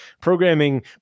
programming